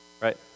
Right